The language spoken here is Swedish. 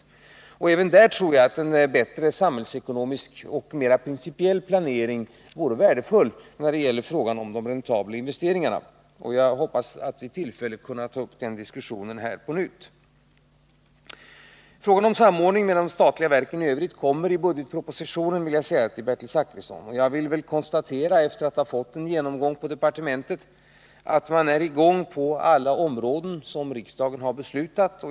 Även i fråga om de räntabla investeringarna tror jag att en bättre samhällsekonomisk och mera principiell planering vore värdefull. Jag hoppas att vid tillfälle kunna ta upp den diskussionen här på nytt. Till Bertil Zachrisson vill jag vidare säga att frågan om samordning mellan de statliga verken i övrigt kommer att tas upp i budgetpropositionen. Efter att ha fått en genomgång på departementet har jag kunnat konstatera att man är i gång med arbetet på alla de områden där riksdagen fattat beslut.